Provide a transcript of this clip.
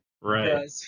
Right